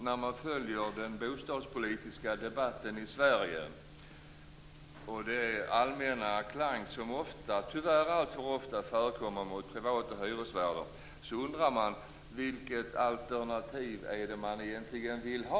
När jag följer den bostadspolitiska debatten i Sverige och den allmänt negativa ton som tyvärr alltför ofta förekommer mot privata hyresvärdar, undrar jag vilket alternativ man egentligen vill ha.